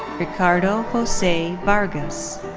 ricardo jose vargas.